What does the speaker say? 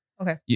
Okay